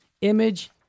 image